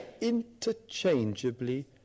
interchangeably